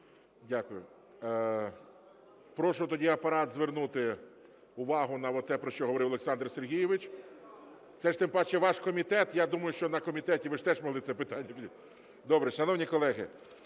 Дякую. Прошу тоді Апарат звернути увагу на те, про що говорив Олександр Сергійович. Це ж тим паче ваш комітет, я думаю, що на комітеті ви теж могли це питання… Добре. Шановні колеги,